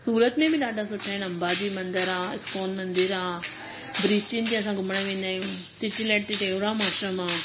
सूरत में बि ॾाढा सुठा आहिनि अंबाजी मंदिर आहे इस्कॉन मंदिर आहे ब्रिश्टीन ते असां घुमण वेंदा आहियूं सीटी लाइट ते टेउराम आश्रम आहे